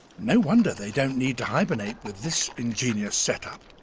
no wonder they don't need to hibernate, with this ingenious setup.